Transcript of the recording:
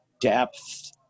depth